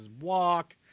walk